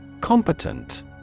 Competent